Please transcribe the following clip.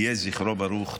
יהי זכרו ברוך.